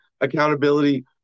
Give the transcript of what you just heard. accountability